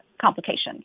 complications